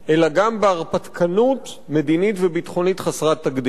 אלא גם בהרפתקנות מדינית וביטחונית חסרת תקדים.